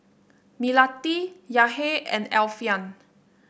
Melati Yahya and Alfian